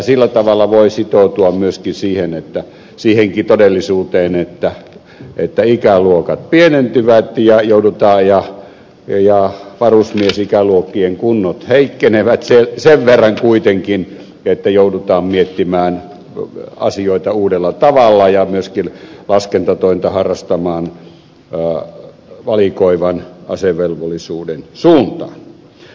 sillä tavalla voi sitoutua myöskin siihenkin todellisuuteen että ikäluokat pienentyvät ja varusmiesikäluokkien kunnot heikkenevät sen verran kuitenkin että joudutaan miettimään asioita uudella tavalla ja myöskin laskentatoin ta harrastamaan valikoivan asevelvollisuuden suuntaan